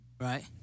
Right